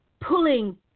pulling